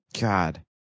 God